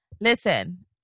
Listen